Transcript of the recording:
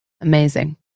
Amazing